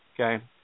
okay